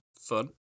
fun